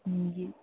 ہوں جی